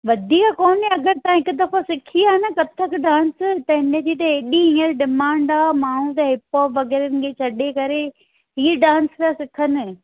वधीक कोन्हे अगरि तव्हां हिकु दफ़ो सिखी आहे न कथक डांस त हिनजी त एॾी हीअंर डिमांड आहे माण्हुनि त हिप हॉप वग़ैरहनि खे छॾे करे हीअ डांस पिया सिखनि